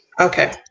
okay